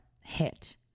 hit